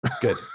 Good